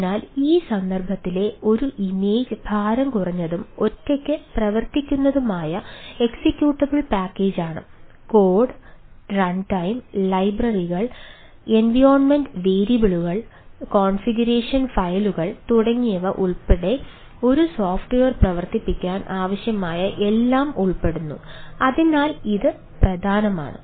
അതിനാൽ ഈ സന്ദർഭത്തിലെ ഒരു ഇമേജ് പ്രവർത്തിപ്പിക്കാൻ ആവശ്യമായ എല്ലാം ഉൾപ്പെടുന്നു അതിനാൽ ഇത് പ്രധാനമാണ്